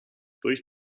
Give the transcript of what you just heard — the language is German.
durch